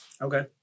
Okay